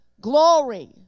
Glory